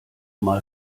mal